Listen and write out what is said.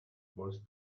polls